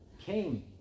came